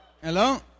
Hello